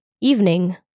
evening